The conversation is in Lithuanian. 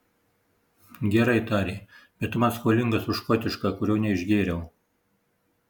gerai tarė bet tu man skolingas už škotišką kurio neišgėriau